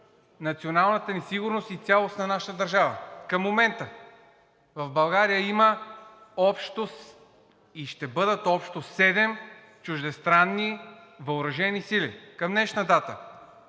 националната ни сигурност и цялост на нашата държава. Към момента в България има общо и ще бъдат общо седем чуждестранни въоръжени сили. Към днешна дата